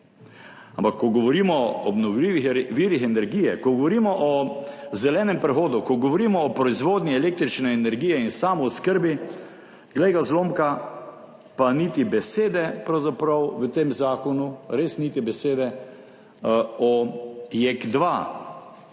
Ampak ko govorimo o obnovljivih virih energije, ko govorimo o zelenem prehodu, ko govorimo o proizvodnji električne energije in samooskrbi, glej ga zlomka, pa niti besede pravzaprav v tem zakonu, res niti besede o JEK-2.